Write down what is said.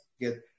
get